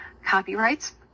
Copyrights